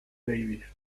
davies